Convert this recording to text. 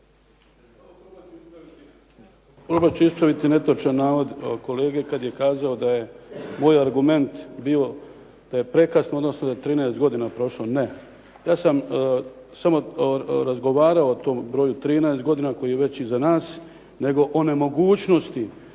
Probat ću ispraviti netočan navod kolege kad je kazao da je moj argument bio da je prekasno, odnosno da je 13 godina prošlo. Ne, ja sam samo razgovarao o tom broju 13 godina koji je već iza nas, nego o nemogućnosti